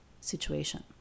situation